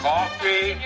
Coffee